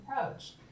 approach